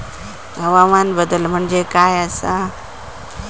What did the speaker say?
हवामान बदल म्हणजे काय आसा?